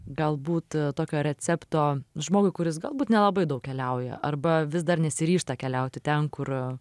galbūt tokio recepto žmogui kuris galbūt nelabai daug keliauja arba vis dar nesiryžta keliauti ten kur